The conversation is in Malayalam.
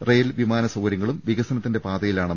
റെയിൽ വിമാന സൌകര്യങ്ങളും വികസനത്തിന്റെ പാതയിലാണ്